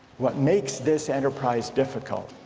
what makes this enterprise difficult